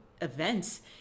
events